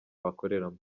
bakoreramo